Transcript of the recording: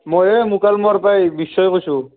মই এই মুকালমোৱাৰ পৰা বিশ্বই কৈছোঁ